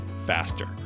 faster